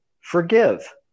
forgive